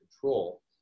control